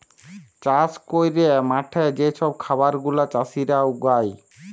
চাষ ক্যইরে মাঠে যে ছব খাবার গুলা চাষীরা উগায়